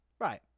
Right